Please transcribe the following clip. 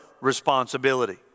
responsibility